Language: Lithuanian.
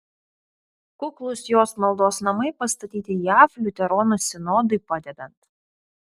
kuklūs jos maldos namai pastatyti jav liuteronų sinodui padedant